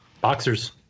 Boxers